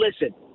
listen